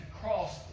cross